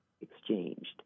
exchanged